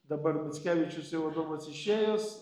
dabar mickevičius jau adomas išėjęs